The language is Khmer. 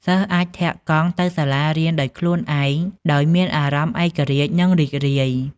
សិស្សអាចធាក់កង់ទៅសាលារៀនដោយខ្លួនឯងដោយមានអារម្មណ៍ឯករាជ្យនិងរីករាយ។